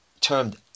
termed